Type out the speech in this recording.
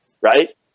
right